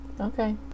okay